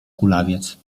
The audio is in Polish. kulawiec